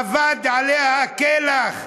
אבד עליה כלח.